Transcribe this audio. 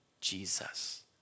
Jesus